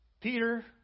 Peter